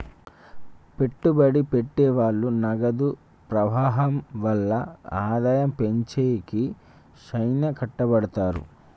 పెట్టుబడి పెట్టె వాళ్ళు నగదు ప్రవాహం వల్ల ఆదాయం పెంచేకి శ్యానా కట్టపడతారు